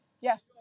Yes